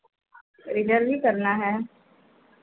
थोड़ी जल्दी करना है